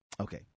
Okay